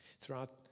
Throughout